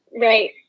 Right